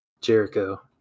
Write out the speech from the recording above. Jericho